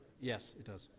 yes, it does.